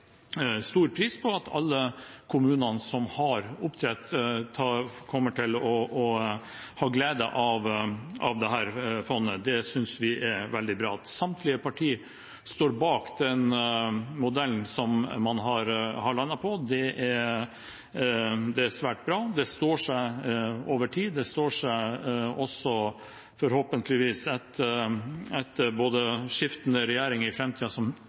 stor pris på. At alle kommuner som har oppdrett, kommer til å ha glede av dette fondet, synes vi er veldig bra. At samtlige partier står bak den modellen man har landet på, er svært bra. Det står seg over tid, det står seg forhåpentligvis også både etter skiftende regjeringer, som kanskje kommer i framtiden, og i alle fall etter de valgene som